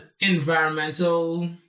environmental